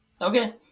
Okay